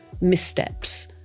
missteps